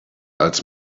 als